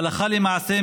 הלכה למעשה,